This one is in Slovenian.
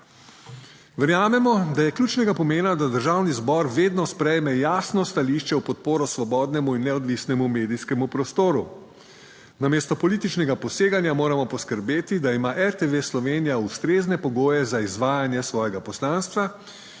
Verjamemo, da je ključnega pomena, da Državni zbor vedno sprejme jasno stališče v podporo svobodnemu in neodvisnemu medijskemu prostoru. Namesto političnega poseganja moramo poskrbeti, da ima RTV Slovenija ustrezne pogoje za izvajanje svojega poslanstva,